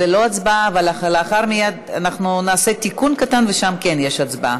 לצוות ועדת החוקה,